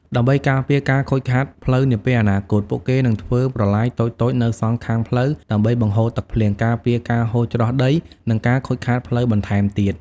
ដើម្បីការពារការខូចខាតផ្លូវនាពេលអនាគត ពួកគេនឹងធ្វើប្រឡាយតូចៗនៅសងខាងផ្លូវដើម្បីបង្ហូរទឹកភ្លៀង ការពារការហូរច្រោះដី និងការខូចខាតផ្លូវបន្ថែមទៀត។